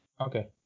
Okay